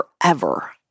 forever